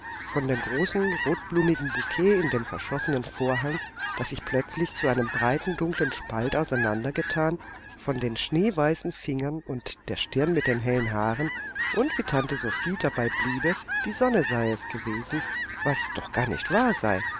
von dem großen rotblumigen boukett in dem verschossenen vorhang das sich plötzlich zu einem breiten dunklen spalt auseinander gethan von den schneeweißen fingern und der stirn mit den hellen haaren und wie tante sophie dabei bleibe die sonne sei es gewesen was doch gar nicht wahr sei